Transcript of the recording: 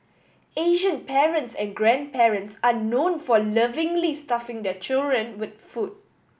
Asian parents and grandparents are known for lovingly stuffing their children with food